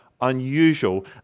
unusual